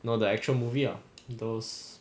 no the actual movie lah those